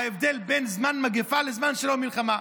ההבדל בין זמן מגפה לזמן בלי מגפה.